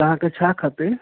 तव्हां खे छा खपे